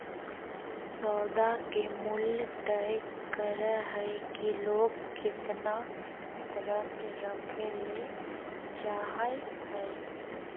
सौदा के मूल्य तय करय हइ कि लोग केतना द्रव्य रखय ले चाहइ हइ